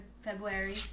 February